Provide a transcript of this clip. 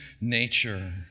nature